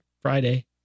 Friday